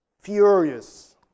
furious